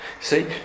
See